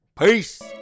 Peace